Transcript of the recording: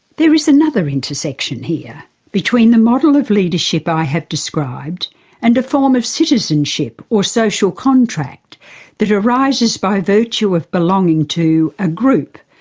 there is another intersection here between the model of leadership i have described and a form of citizenship or social contract that arises by virtue of belonging to a group,